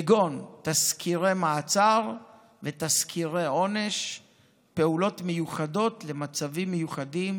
כגון תסקירי מעצר ותסקירי עונש ופעולות מיוחדות למצבים מיוחדים